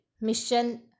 Mission